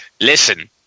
listen